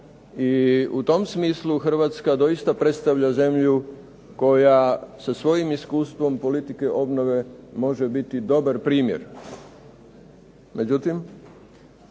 I u tom smislu Hrvatska doista predstavlja zemlju koja sa svojim iskustvom politike obnove može biti dobar primjer. Međutim,